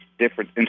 different